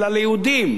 אלא ליהודים,